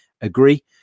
Agree